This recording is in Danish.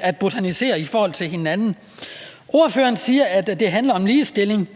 at botanisere i forhold til hinanden. Ordføreren siger, at det handler om ligestilling.